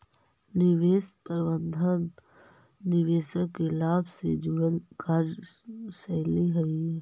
निवेश प्रबंधन निवेशक के लाभ से जुड़ल कार्यशैली हइ